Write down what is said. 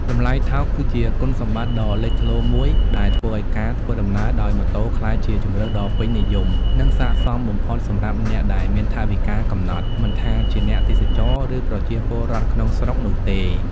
តម្លៃថោក គឺជាគុណសម្បត្តិដ៏លេចធ្លោមួយដែលធ្វើឱ្យការធ្វើដំណើរដោយម៉ូតូក្លាយជាជម្រើសដ៏ពេញនិយម និងស័ក្តិសមបំផុតសម្រាប់អ្នកដែលមានថវិកាកំណត់ មិនថាជាអ្នកទេសចរណ៍ ឬប្រជាពលរដ្ឋក្នុងស្រុកនោះទេ។